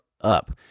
up